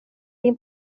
din